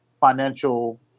financial